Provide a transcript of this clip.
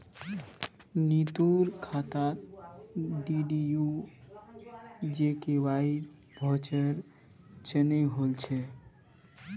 नीतूर खातात डीडीयू जीकेवाईर वाउचर चनई होल छ